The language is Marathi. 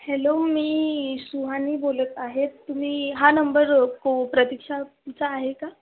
हॅलो मी सुहानी बोलत आहे तुम्ही हा नंबर को प्रतीक्षाचा आहे का